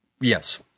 yes